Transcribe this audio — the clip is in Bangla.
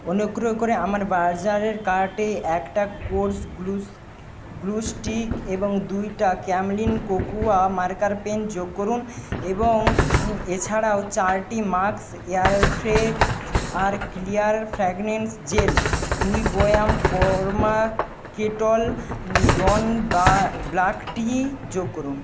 অনুগ্রহ করে আমার বাজারের কার্টে একটা কোরেস গ্লুজ গ্লু স্টিক এবং দুইটা ক্যামলিন কোকুয়া মার্কার পেন যোগ করুন এবং এছাড়াও চারটি ম্যাক্স এয়ারফ্রেশ আর ক্লিয়ার ফ্রাগ্রান্স জেল দুই বয়াম Karma Kettle Dawn black tea যোগ করুন